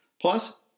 Plus